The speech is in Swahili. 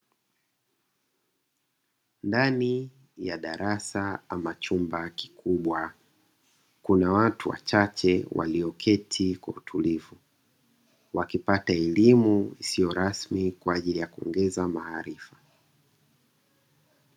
Ndani ya darasa ama chumba kikubwa kuna watu wachache walioketi kwa utulivu wakipata elimu isio rasmi kwaajili ya kuongeza maarifa.